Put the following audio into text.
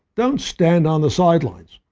don't stand on the sidelines.